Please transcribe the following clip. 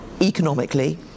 economically